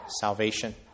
salvation